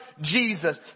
Jesus